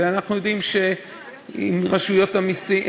עם רשות המסים,